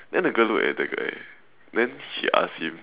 then the girl looked at the guy then she asked him